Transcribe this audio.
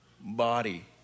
body